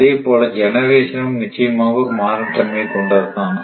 அதேபோல ஜெனரேஷன் ம் நிச்சயமாக ஒரு மாறும் தன்மை கொண்டதுதான்